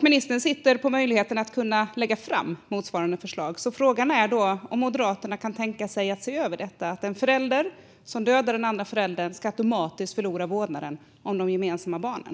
Ministern sitter på möjligheten att lägga fram motsvarande förslag, så frågan är om Moderaterna kan tänka sig att se över detta att en förälder som dödar den andra föräldern automatiskt ska förlora vårdnaden om de gemensamma barnen.